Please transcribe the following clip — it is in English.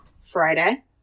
Friday